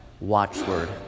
watchword